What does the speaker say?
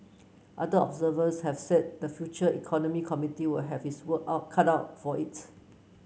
other observers have said the Future Economy Committee will have its work out cut out for it